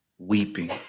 Weeping